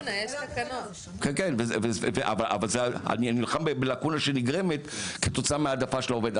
-- אני נלחם בלקונה שנגרמת כתוצאה של ההעדפה של העובד.